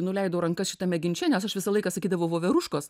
nuleidau rankas šitame ginče nes aš visą laiką sakydavau voveruškos